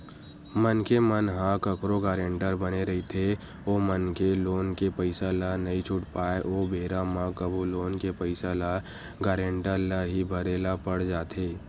मनखे मन ह कखरो गारेंटर बने रहिथे ओ मनखे लोन के पइसा ल नइ छूट पाय ओ बेरा म कभू लोन के पइसा ल गारेंटर ल ही भरे ल पड़ जाथे